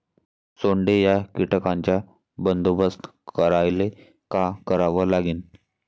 सोंडे या कीटकांचा बंदोबस्त करायले का करावं लागीन?